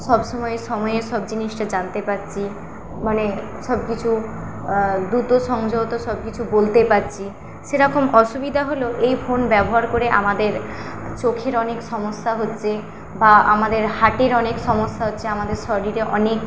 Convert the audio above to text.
সব সময় সময়ে সব জিনিসটা জানতে পারছি মানে সবকিছু দ্রুত সংযত সব কিছু বলতে পারছি সেরকম অসুবিধা হল এই ফোন ব্যবহার করে আমাদের চোখের অনেক সমস্যা হচ্ছে বা আমাদের হার্টের অনেক সমস্যা হচ্ছে আমাদের শরীরে অনেক